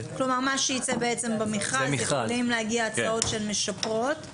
כלומר מה שיצא בעצם במכרז יכולים להגיע הצעות שמשפרות,